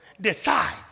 decides